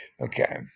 Okay